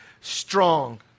strong